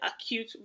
acute